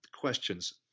questions